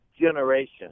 generation